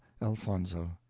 elfonzo.